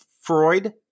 Freud